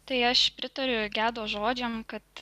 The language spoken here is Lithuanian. tai aš pritariau gedo žodžiam kad